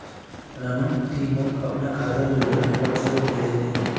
रमन ती मोक अपनार खातार विवरण व्हाट्सएपोत भेजे दे